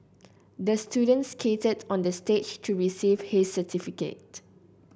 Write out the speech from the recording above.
the student skated on the stage to receive his certificate